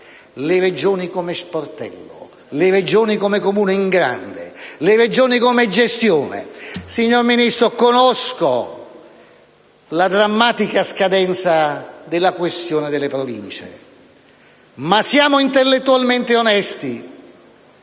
Le Regioni come sportello, le Regioni come comune in grande, le Regioni come gestione. Signor Ministro, conosco la drammatica scadenza della questione delle Province, ma siamo intellettualmente onesti: